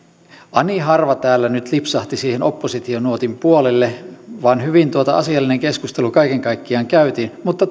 ani harva täällä nyt lipsahti siihen oppositionuotin puolelle vaan hyvin asiallinen keskustelu kaiken kaikkiaan käytiin mutta